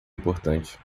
importante